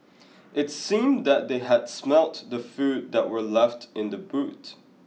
it seemed that they had smelt the food that were left in the boot